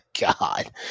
God